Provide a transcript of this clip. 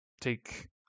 take